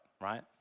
right